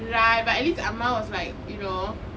right but at least amma was like you know